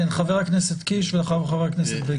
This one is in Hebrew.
חבר הכנסת קיש ואחריו חבר הכנסת בגין.